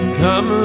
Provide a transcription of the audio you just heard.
come